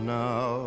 now